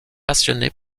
passionné